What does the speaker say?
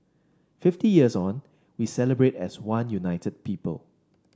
fifty years on we celebrate as one united people